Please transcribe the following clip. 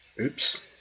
Oops